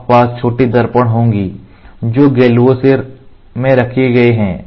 आपके पास छोटे दर्पण होंगे जो गैल्वो में रखे गए हैं